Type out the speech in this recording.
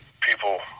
people